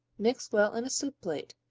mix well in a soup plate.